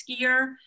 skier